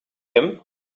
him